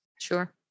Sure